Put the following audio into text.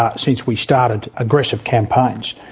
um since we started aggressive campaigns.